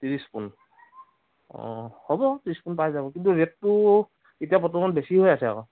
ত্ৰিছ পোণ অ' হ'ব ত্ৰিছ পোণ পাই যাব কিন্তু ৰে'টটো এতিয়া বৰ্তমান বেছি হৈ আছে আক'